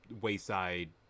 wayside